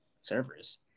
servers